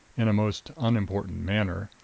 in a most unimportant manner,